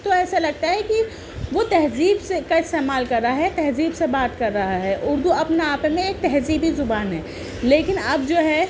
تو ایسا لگتا ہے کہ وہ تہذیب سے کا استعمال کر رہا ہے تہذیب سے بات کر رہا ہے اردو اپنا آپ میں ایک تہذیبی زبان ہے لیکن اب جو ہے